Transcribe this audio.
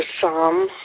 Psalm